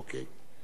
אוקיי.